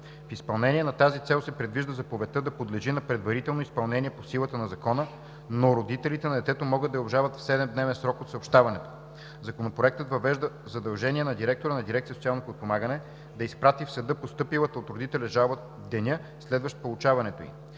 В изпълнение на тази цел се предвижда заповедта да подлежи на предварително изпълнение по силата на Закона, но родителите на детето могат да я обжалват в 7-дневен срок от съобщаването. Законопроектът въвежда задължение на директора на дирекция „Социално подпомагане“ да изпрати в съда постъпилата от родителя жалба в деня, следващ получаването ѝ.